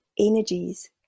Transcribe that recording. energies